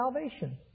salvation